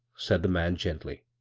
said the man gently.